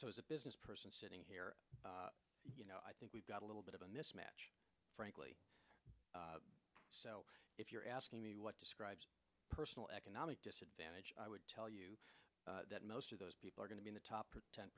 so as a business person sitting here you know i think we've got a little bit of a mismatch frankly so if you're asking me what describes personal economic disadvantage i would tell you that most of those people are going to be the top ten